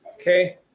Okay